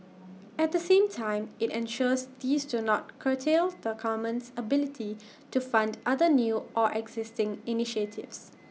at the same time IT ensures these do not curtail the government's ability to fund other new or existing initiatives